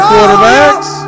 Quarterbacks